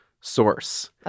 source